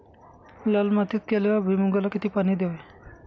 लाल मातीत केलेल्या भुईमूगाला किती पाणी द्यावे?